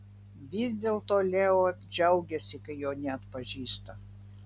vis dėlto labiausiai leo džiaugiasi kai jo neatpažįsta